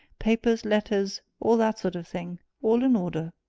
papers, letters, all that sort of thing all in order.